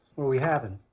are we having?